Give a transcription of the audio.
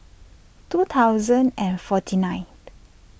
two thousand and forty nine